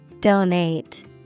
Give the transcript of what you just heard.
Donate